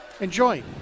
Enjoy